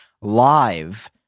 live